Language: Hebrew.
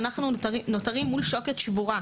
אנחנו נותרים מול שוקת שבורה.